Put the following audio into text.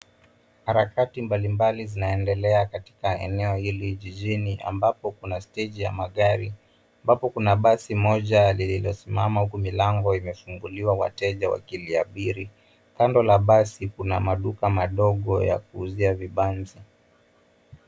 Harakati mbalimbali zinaendelea katika eneo hili jijini ambapo kuna stage ya magari ambapo kuna basi moja lililosimama huku milango imefunguliwa wateja wakiliabiri. Kando la basi kuna maduka madogo ya kuuzia vibanzi.